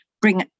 bring